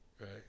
Right